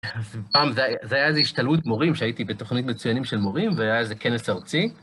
אז אם פעם, זה היה איזה השתלמות מורים, שהייתי בתוכנית מצוינים של מורים, והיה איזה כנס ארצי.